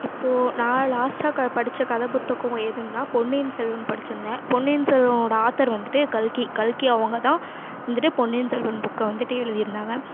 இப்போது நான் லாஸ்ட்டாக படித்த கதை புத்தகம் எதுனா பொன்னியின் செல்வன் படித்திருந்தேன் பொன்னியின் செல்வனோட ஆத்தர் வந்துட்டு கல்கி கல்கி அவங்க தான் வந்துட்டு பொன்னியின் செல்வன் புக்கை வந்துட்டு எழுதியிருந்தாங்க